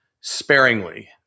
sparingly